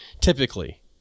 typically